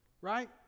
Right